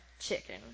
chicken